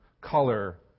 color